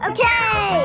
Okay